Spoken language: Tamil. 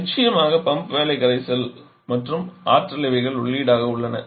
நிச்சயமாக பம்ப் வேலை கரைசல் மற்றும் ஆற்றல் இவைகள் உள்ளீடாக உள்ளன